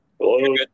Hello